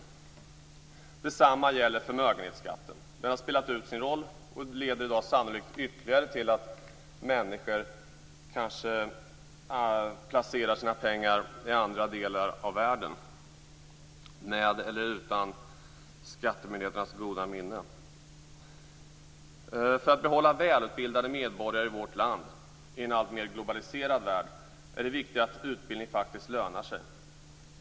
Detsamma gäller förmögenhetsskatten. Den har spelat ut sin roll och leder i dag sannolikt till att ännu fler människor placerar sina pengar i andra delar av världen, med eller utan skattemyndigheternas goda minne. För att behålla välutbildade medborgare i vårt land i en alltmer globaliserad värld är det viktigt att utbildning faktiskt lönar sig.